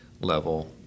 level